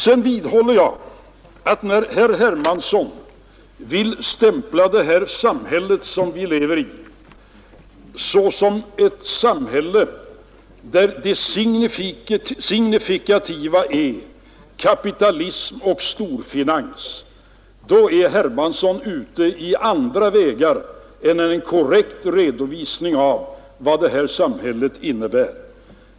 Jag vidhåller att när herr Hermansson vill stämpla det här samhället som vi lever i såsom ett samhälle där det signifikativa är kapitalism och storfinans, då är herr Hermansson ute på andra vägar än dem som leder till en korrekt redovisning av vad det här samhället innebär.